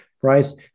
Price